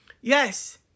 Yes